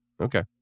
Okay